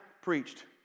preached